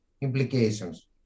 implications